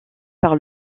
par